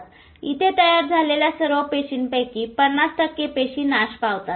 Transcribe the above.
तर इथे तयार झालेल्या सर्व पेशींपैकी 50 टक्के पेशी नाश पावतात